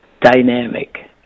dynamic